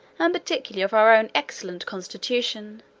and particularly of our own excellent constitution,